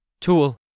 Tool